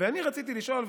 ואני רציתי לשאול,